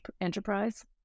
enterprise